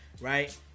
right